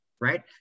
right